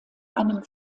einem